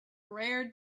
rare